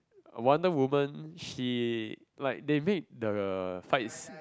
wonder women she like they made the fights